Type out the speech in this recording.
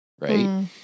right